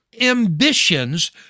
ambitions